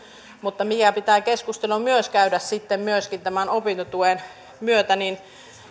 mutta mikä keskustelu pitää myös käydä tämän opintotuen